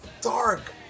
dark